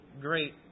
great